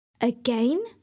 Again